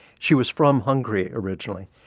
she was from hungary originally.